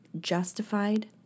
justified